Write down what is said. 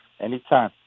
anytime